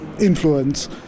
influence